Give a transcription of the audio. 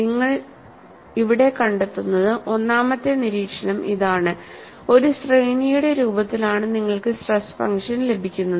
നിങ്ങൾ ഇവിടെ കണ്ടെത്തുന്നത് ഒന്നാമത്തെ നീരീക്ഷണം ഇതാണ് ഒരു ശ്രേണിയുടെ രൂപത്തിലാണ് നിങ്ങൾക്ക് സ്ട്രെസ് ഫംഗ്ഷൻ ലഭിക്കുന്നത്